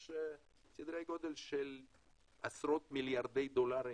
יש סדרי גודל של עשרות מיליוני מיליארדי דולרים